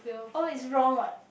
oh it's wrong what